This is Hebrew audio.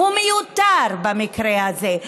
הוא מיותר, במקרה הזה.